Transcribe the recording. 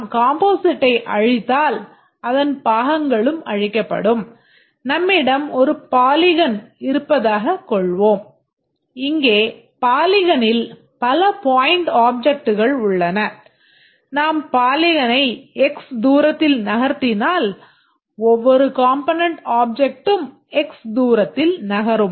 நாம் பாலிகனை x தூரத்தில் நகர்த்தினால் ஒவ்வொரு காம்பொனென்ட் ஆப்ஜெக்ட்டும் x தூரத்தில் நகரும்